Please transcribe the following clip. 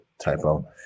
typo